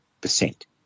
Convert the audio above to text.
percent